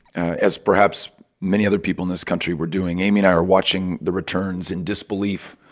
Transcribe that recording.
as perhaps many other people in this country were doing, amy and i were watching the returns in disbelief